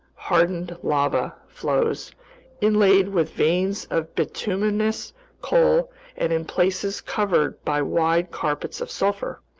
hardened lava flows inlaid with veins of bituminous coal and in places covered by wide carpets of sulfur.